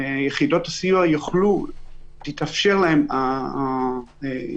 שיחידות הסיוע תתאפשר להן ההזדמנות